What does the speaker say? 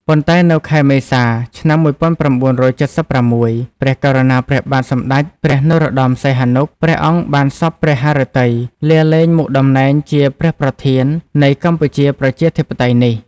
ប៉ុន្តែនៅខែមេសា ឆ្នាំ ១៩៧៦ ព្រះករុណាព្រះបាទសម្តេចព្រះនរោត្តម សីហនុ ព្រះអង្គបានសព្វព្រះហឫទ័យ លា លែងមុខតំណែងជាព្រះប្រធាន នៃកម្ពុជាប្រជាធិបតេយ្យនេះ។